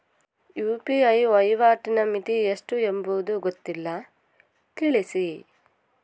UPI ವಹಿವಾಟಿನ ಮಿತಿ ಎಷ್ಟು ಎಂಬುದು ಗೊತ್ತಿಲ್ಲ? ತಿಳಿಸಿ?